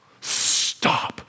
Stop